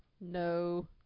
No